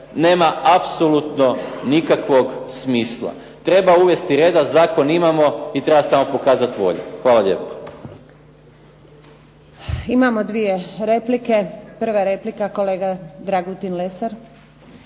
nema apsolutno nikakvog smisla. Treba uvesti reda, zakon imamo i treba samo pokazati volju. Hvala lijepo. **Antunović, Željka (SDP)** Imamo dvije replike. Prva replika, kolega Dragutin Lesar.